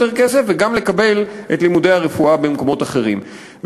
כסף וגם לקבל את לימודי הרפואה במקומות אחרים.